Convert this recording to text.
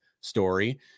story